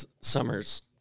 summers